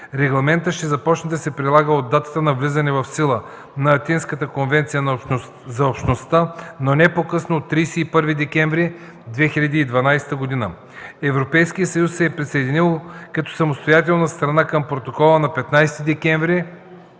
Регламентът ще започне да се прилага от датата на влизане в сила на Атинската конвенция за Общността, но не по-късно от 31 декември 2012 г. Европейският съюз се е присъединил като самостоятелна страна към протокола на 15 декември